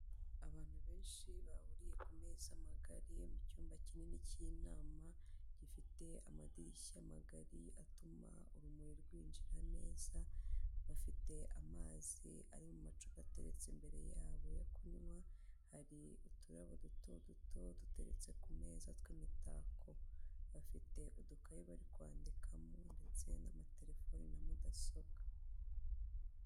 Abantu benshi bahuriye ku meza amagari yo mu cyumba kinini cy'inama, gifite amadirishya magari atuma urumuri rwinjira neza, bafite amazi ari mu macupa ateretse imbere yabo yo kunywa, hari uturabo duto duto duteretse ku meza tw'imitako, bafite udukaye bari kwandikamo ndetse n'amatelefoni na mudasobwa.